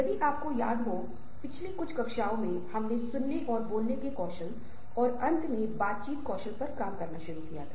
दूसरा व्याख्यान संचार वातावरण कम्यूनिकेटिव एनवायरनमेंट Communicative Environment के बारे में ही है